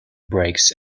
bricks